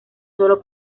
solo